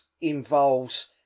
involves